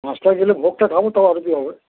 পাঁচটায় গেলে ভোগটা খাব তারপর আরতি হবে